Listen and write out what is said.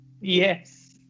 Yes